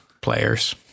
players